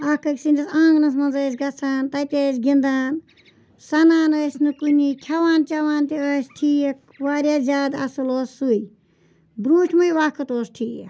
اکھ أکۍ سٕنٛدٕس آنٛگنَس مَنٛز ٲسۍ گَژھان تَتہِ ٲسۍ گِنٛدان سَنان ٲسۍ نہٕ کُنی کھیٚوان چَیٚوان تہِ ٲسۍ ٹھیک واریاہ زیادٕ اَصل اوس سُے برونٛٹھمٕے وَقت اوس ٹھیٖک